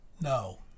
no